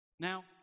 Now